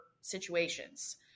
situations